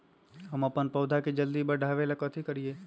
हम अपन पौधा के जल्दी बाढ़आवेला कथि करिए?